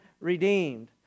redeemed